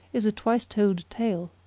is a twice told tale!